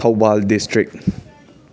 Thoubal district